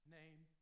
name